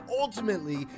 ultimately